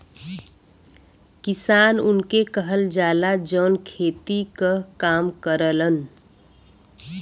किसान उनके कहल जाला, जौन खेती क काम करलन